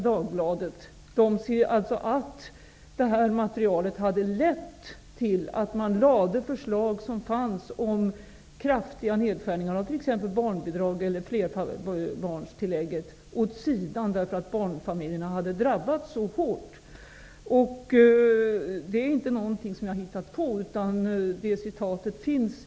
Dagbladet att det här materialet hade lett till att man lade de förslag som fanns om kraftiga nedskärningar av t.ex. barnbidraget och flerbarnstillägget åt sidan, därför att barnfamiljerna skulle ha drabbats så hårt. Det är ingenting som jag har hittat på, för det citatet finns.